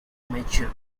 amateur